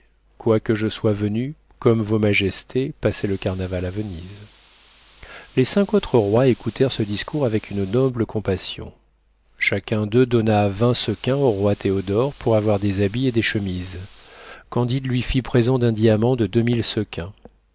les cinq autres rois écoutèrent ce discours avec une noble compassion chacun d'eux donna vingt sequins au roi théodore pour avoir des habits et des chemises candide lui fit présent d'un diamant de